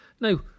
Now